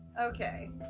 Okay